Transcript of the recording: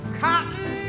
cotton